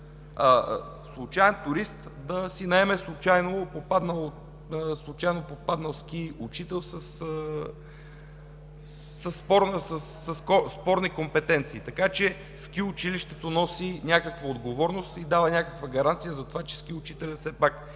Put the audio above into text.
случаен турист да си наеме случайно попаднал ски учител със спорни компетенции, така че ски училището носи някаква отговорност и дава някаква гаранция за това, че ски учителят има